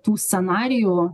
tų scenarijų